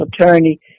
attorney